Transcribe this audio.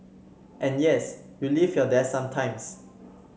and yes you leave your desk sometimes